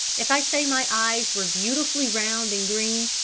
if i say my eyes were beautifully round and green,